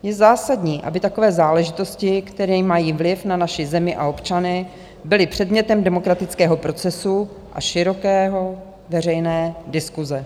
Je zásadní, aby takové záležitosti, který mají vliv na naši zemi a občany, byly předmětem demokratického procesu a široké veřejné diskuse.